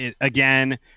again